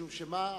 משום שמה החשוב?